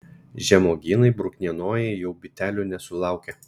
žemuogynai bruknienojai jau bitelių nesulaukia